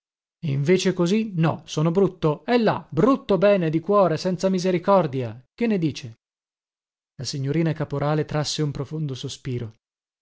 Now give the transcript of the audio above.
invece così no sono brutto e là brutto bene di cuore senza misericordia che ne dice la signorina caporale trasse un profondo sospiro